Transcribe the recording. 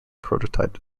prototype